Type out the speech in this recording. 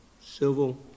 civil